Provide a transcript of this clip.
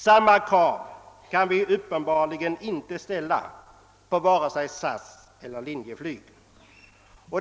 Samma krav kan vi uppenbarligen inte ställa på vare sig SAS eller Linjeflyg.